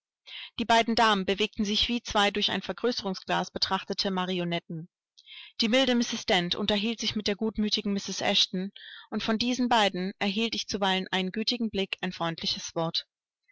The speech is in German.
die beiden damen bewegten sich wie zwei durch ein vergrößerungsglas betrachtete marionetten die milde mrs dent unterhielt sich mit der gutmütigen mrs eshton und von diesen beiden erhielt ich zuweilen einen gütigen blick ein freundliches wort